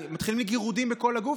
מתחילים לי גירודים בכל הגוף,